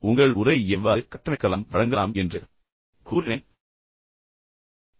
உங்கள் உரையை நீங்கள் எவ்வாறு கட்டமைக்கலாம் மற்றும் வழங்கலாம் என்பதைப் பற்றி ஏதாவது சொல்வதன் மூலமும் நான் முடித்தேன்